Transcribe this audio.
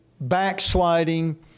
backsliding